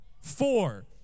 Four